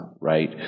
right